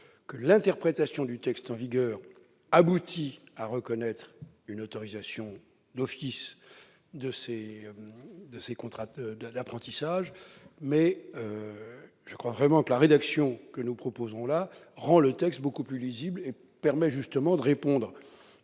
que l'interprétation du texte en vigueur aboutit à reconnaître une autorisation d'office de ces contrats d'apprentissage. Mais je crois vraiment que la rédaction que nous proposons au travers de ces amendements identiques rend le texte beaucoup plus lisible et permet justement de répondre